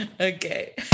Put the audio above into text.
okay